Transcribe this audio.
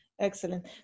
Excellent